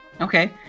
Okay